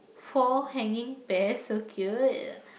four hanging pears so cute